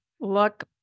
look